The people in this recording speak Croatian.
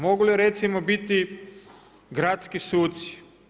Mogu li recimo biti gradski suci?